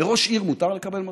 לראש עירייה מותר לקבל מתנות?